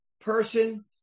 person